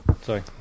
Sorry